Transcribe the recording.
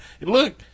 Look